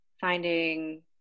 Finding